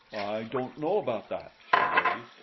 don't know about that, said brady.